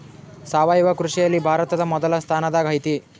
ಸಾವಯವ ಕೃಷಿಯಲ್ಲಿ ಭಾರತ ಮೊದಲ ಸ್ಥಾನದಾಗ್ ಐತಿ